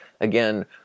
again